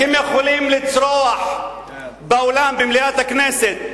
אתם יכולים לצרוח באולם במליאת הכנסת,